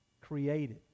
created